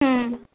হুম